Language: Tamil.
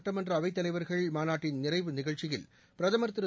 சுட்டமன்ற அவைத்தலைவர்கள் மாநாட்டின் நிறைவு நிகழ்ச்சியில் பிரதமா் திரு